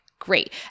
Great